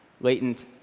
latent